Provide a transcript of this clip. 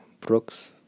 brooks